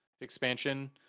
expansion